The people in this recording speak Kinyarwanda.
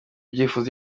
ibyifuzo